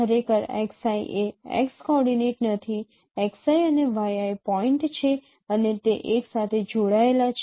ખરેખર એ x coordinate નથી અને પોઈન્ટ છે અને તે એક સાથે જોડાયેલા છે